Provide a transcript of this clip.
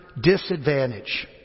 disadvantage